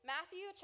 Matthew